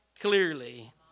clearly